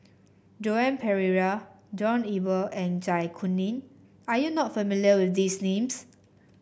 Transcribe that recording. Joan Pereira John Eber and Zai Kuning are you not familiar with these names